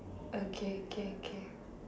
okay okay okay